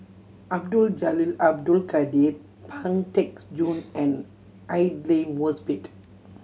Abdul Jalil Abdul Kadir Pang Teck Joon and Aidli Mosbit